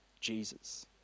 Jesus